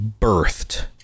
birthed